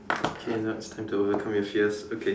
okay now it's time to overcome your fears okay